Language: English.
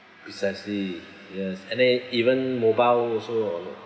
precisely yes and they even mobile also